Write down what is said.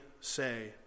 say